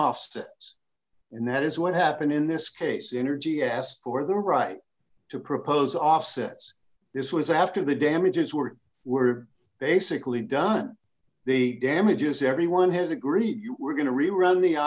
often and that is what happened in this case energy asked for the right to propose offsets this was after the damages were were basically done they damages everyone had agreed we're going to rerun the